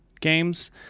games